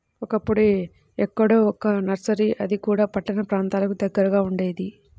ఒకప్పుడు ఎక్కడో ఒక్క నర్సరీ అది కూడా పట్టణ ప్రాంతాలకు దగ్గరగా ఉండేది